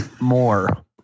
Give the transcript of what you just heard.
more